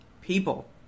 People